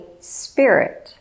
Spirit